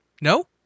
No